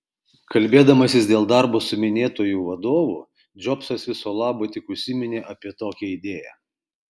kalbėdamasis dėl darbo su minėtuoju vadovu džobsas viso labo tik užsiminė apie tokią idėją